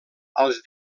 als